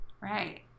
Right